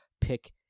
pick